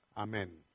Amen